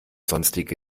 sonstige